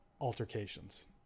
altercations